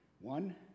One